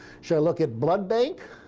should i look at blood bank?